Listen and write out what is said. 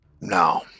No